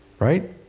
right